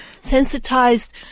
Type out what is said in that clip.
sensitized